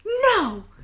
no